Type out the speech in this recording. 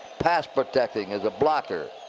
pass protecting as a blocker.